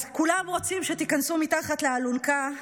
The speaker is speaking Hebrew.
אז כולם רוצים שתיכנסו מתחת לאלונקה.